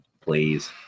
Please